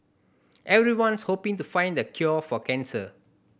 everyone's hoping to find the cure for cancer